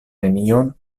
nenion